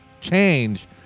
change